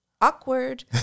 awkward